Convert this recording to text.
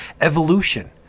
evolution